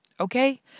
Okay